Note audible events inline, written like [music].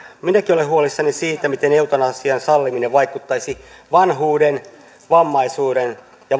minäkin olen huolissani siitä miten eutanasian salliminen vaikuttaisi vanhuuden vammaisuuden ja [unintelligible]